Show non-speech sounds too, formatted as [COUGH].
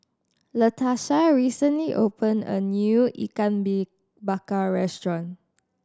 Latarsha recently opened a new ikan [UNINTELLIGIBLE] bakar restaurant